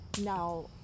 now